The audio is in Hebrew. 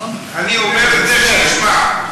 אני אומר את זה, שישמע.